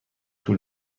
طول